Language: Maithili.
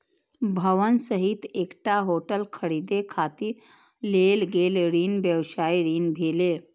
भवन सहित एकटा होटल खरीदै खातिर लेल गेल ऋण व्यवसायी ऋण भेलै